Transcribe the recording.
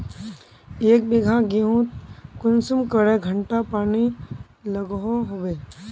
एक बिगहा गेँहूत कुंसम करे घंटा पानी लागोहो होबे?